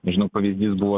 žinau pavyzdys buvo